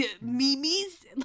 Mimis